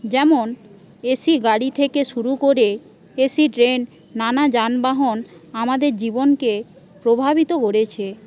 যেমন এসি গাড়ি থেকে শুরু করে এসি ট্রেন নানা যানবাহন আমাদের জীবনকে প্রভাবিত করেছে